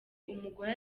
umugore